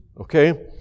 okay